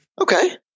Okay